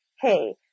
hey